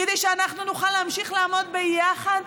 כדי שאנחנו נוכל להמשיך לעמוד ביחד,